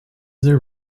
there